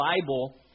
Bible